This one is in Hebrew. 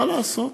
מה לעשות,